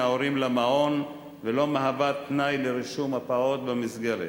ההורים למעון ולא מהווה תנאי לרישום הפעוט במסגרת.